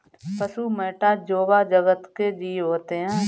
पशु मैटा जोवा जगत के जीव होते हैं